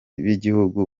bigihugu